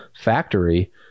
factory